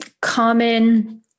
common